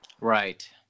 Right